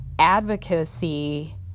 advocacy